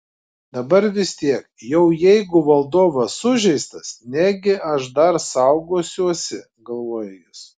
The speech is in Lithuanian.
dabar vis tiek jau jeigu valdovas sužeistas negi aš dar saugosiuosi galvojo jis